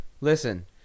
listen